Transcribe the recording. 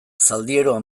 zaldieroa